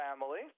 family